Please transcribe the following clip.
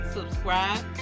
Subscribe